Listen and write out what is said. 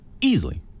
easily